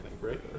right